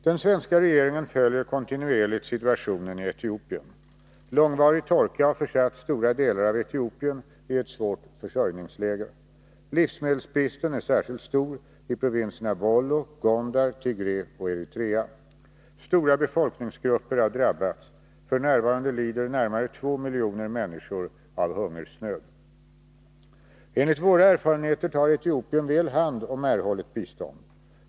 Den svenska regeringen följer kontinuerligt situationen i Etiopien. Långvarig torka har försatt stora delar av Etiopien i ett svårt försörjningsläge. Livsmedelsbristen är särskilt stor i provinserna Wollo, Gondar, Tigré och Eritrea. Stora befolkningsgrupper har drabbats. F. n. lider närmare två miljoner människor av hungersnöd. Enligt våra erfarenheter tar Etiopien väl hand om erhållet bistånd.